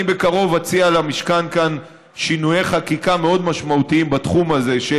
אני בקרוב אציע למשכן כאן שינויי חקיקה מאוד משמעותיים בתחום הזה של